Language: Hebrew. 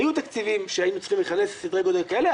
היו תקציבים שהיו צריכים בסדרי גודל כאלה,